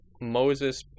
Moses